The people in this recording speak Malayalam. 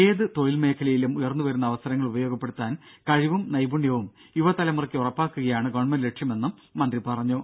ഏത് തൊഴിൽ മേഖലയിലും ഉയർന്നുവരുന്ന അവസരങ്ങൾ ഉപയോഗപ്പെടുത്താൻ കഴിവും നൈപുണ്യവും യുവതലമുറയ്ക്ക് ഉറപ്പാക്കുകയാണ് ഗവൺമെന്റ് ലക്ഷ്യമെന്നും മന്ത്രി പറഞ്ഞു